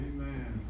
Amen